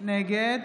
נגד